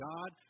God